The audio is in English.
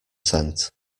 sent